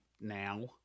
now